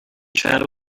shadow